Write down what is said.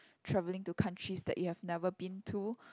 travelling to countries that you've never been to